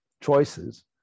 choices